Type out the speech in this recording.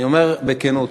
אני אומר בכנות,